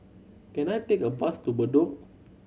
can I take a bus to Bedok